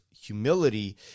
humility